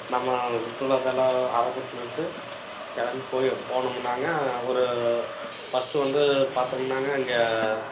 நம்ம சுற்றுலா தலம் ஆரம்பத்தில் இருந்து கிளம்பி போய் போனம்னாங்க ஒரு ஃபர்ஸ்ட்டு வந்து பார்த்தம்னாங்க இங்கே